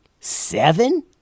Seven